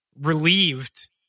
relieved